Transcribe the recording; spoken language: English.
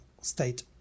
state